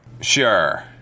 Sure